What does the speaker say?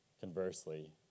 Conversely